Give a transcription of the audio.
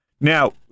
Now